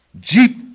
Jeep